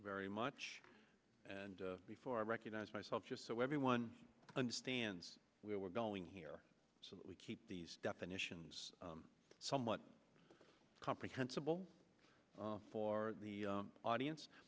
very much and before i recognize myself just so everyone understands where we're going here so that we keep these definitions somewhat comprehensible for the audience